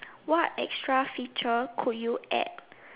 what extra feature could you add